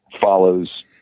follows